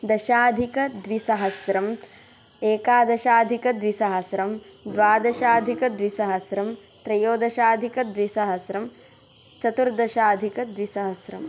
दशाधिकद्विसहस्रम् एकादशाधिकद्विसहस्रम् द्वादशाधिकद्विसहस्रम् त्रयोदशाधिकद्विसहस्रम् चतुर्दशाधिकद्विसहस्रम्